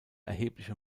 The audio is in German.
erhebliche